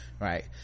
right